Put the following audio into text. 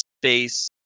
space